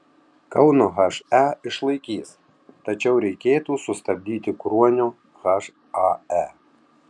kauno he išlaikys tačiau reikėtų sustabdyti kruonio hae